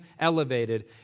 elevated